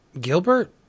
Gilbert